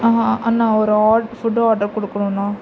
அண்ணா ஒரு ஆ food order கொடுக்கணும்ண்ணா